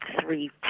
three